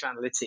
analytics